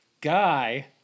guy